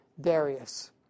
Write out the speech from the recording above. Darius